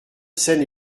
scène